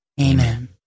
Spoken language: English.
Amen